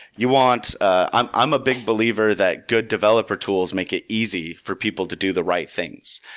you want ah i'm i'm a big believer that good developer tools make it easy for people to do the right things.